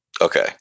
okay